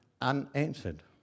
unanswered